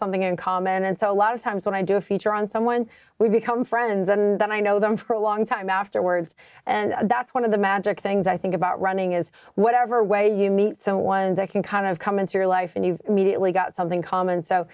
something in common and so a lot of times when i do a feature on someone we become friends and i know them for a long time afterwards and that's one of the magic things i think about running is whatever way you meet someone that can kind of come into your life and you immediately got something common so